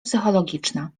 psychologiczna